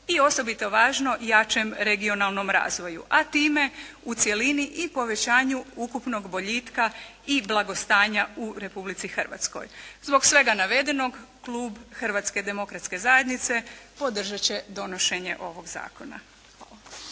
i osobito važno jačem regionalnom razvoju, a time u cjelini i povećanju ukupnog boljitka i blagostanja u Republici Hrvatskoj. Zbog svega navedenog Klub Hrvatske demokratske zajednice podržat će donošenje ovog zakona.